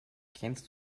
kennst